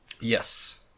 Yes